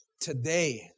Today